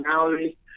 personality